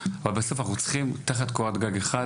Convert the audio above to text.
אבל בסוף אנחנו צריכים תחת קורת גג אחת,